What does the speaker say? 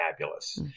fabulous